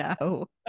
No